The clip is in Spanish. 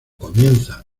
comienza